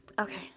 okay